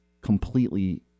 completely